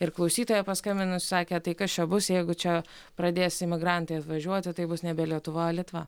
ir klausytoja paskambinus sakė tai kas čia bus jeigu čia pradės imigrantai atvažiuoti tai bus nebe lietuva o litva